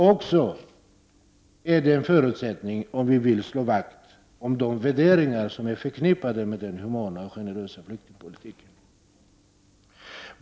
Det är också en förutsättning om vi vill slå vakt om de värderingar som är förknippade med den humana och generösa flyktingpolitiken.